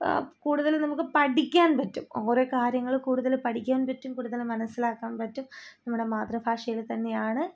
കൂടുതലും നമുക്കു പഠിക്കാൻ പറ്റും ഓരോ കാര്യങ്ങൾ കൂടുതൽ പഠിക്കാൻ പറ്റും കൂടുതൽ മനസ്സിലാക്കാൻ പറ്റും നമ്മുടെ മാതൃഭാഷയിൽ തന്നെയാണ്